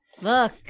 look